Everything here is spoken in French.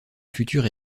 futur